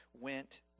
went